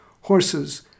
horses